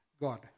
God